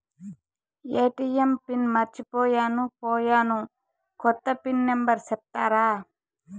ATM pin మర్చిపోయాను పోయాను, కొత్త పిన్ నెంబర్ సెప్తారా?